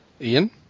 ian